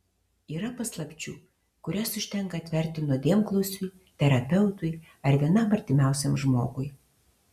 yra paslapčių kurias užtenka atverti nuodėmklausiui terapeutui ar vienam artimiausiam žmogui